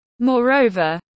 Moreover